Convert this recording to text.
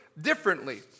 differently